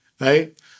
Right